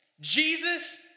Jesus